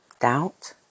doubt